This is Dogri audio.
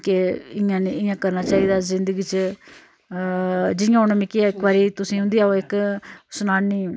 के इ'यां नेईं इ'यां करना चाहिदा जिंदगी च जियां उ'नें मिकी इक बारी तुसें आ'ऊं उं'दी इक सनानी